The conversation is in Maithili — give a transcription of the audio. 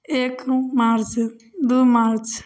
एक मार्च दुइ मार्च